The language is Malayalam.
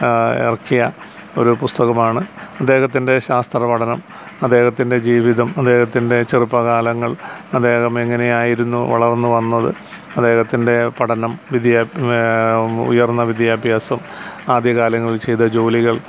ഇറക്കിയ ഒരു പുസ്തകമാണ് അദ്ദേഹത്തിൻ്റെ ശാസ്ത്ര പഠനം അദ്ദേഹത്തിൻ്റെ ജീവിതം അദ്ദേഹത്തിൻ്റെ ചെറുപ്പ കാലങ്ങൾ അദ്ദേഹം എങ്ങനെയായിരുന്നു വളർന്നു വന്നത് അദ്ദേഹത്തിൻ്റെ പഠനം ഉയർന്ന വിദ്യാഭ്യാസം ആദ്യ കാലങ്ങളിൽ ചെയ്ത ജോലികൾ